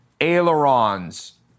ailerons